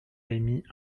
émis